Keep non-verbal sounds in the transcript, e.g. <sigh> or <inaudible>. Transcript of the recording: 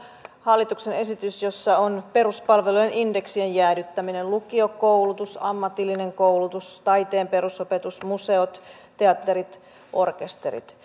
hallituksen esitys jossa on peruspalvelujen indeksien jäädyttäminen lukiokoulutus ammatillinen koulutus taiteen perusopetus museot teatterit orkesterit <unintelligible>